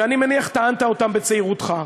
שאני מניח שטענת אותם בצעירותך,